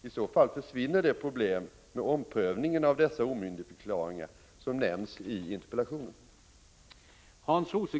I så fall försvinner det problem med omprövningen av dessa omyndigförklaringar som nämns i interpellationen.